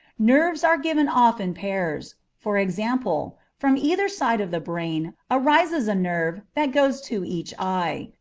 nerves are given off in pairs for example, from either side of the brain arises a nerve that goes to each eye.